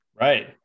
Right